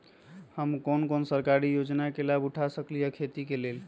हम कोन कोन सरकारी योजना के लाभ उठा सकली ह खेती के लेल?